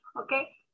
Okay